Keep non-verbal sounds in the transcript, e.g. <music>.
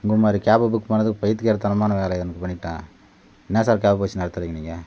உங்கள் மாதிரி கேபை புக் பண்ணது பைத்தியக்காரத்தனமான வேலை <unintelligible> என்ன சார் கேப் வச்சு நடத்துறீங்க நீங்கள்